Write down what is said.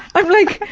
i'm like,